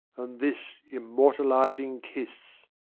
and this immortalizing kiss.